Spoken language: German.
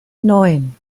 neun